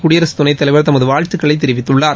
குடியரசுத் துணைத் தலைவர் தமது வாழ்த்துகளை தெரிவித்துள்ளார்